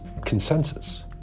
consensus